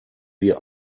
wir